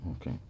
Okay